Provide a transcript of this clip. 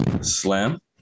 slam